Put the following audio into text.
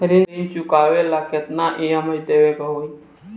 ऋण चुकावेला केतना ई.एम.आई देवेके होई?